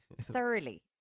thoroughly